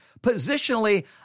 positionally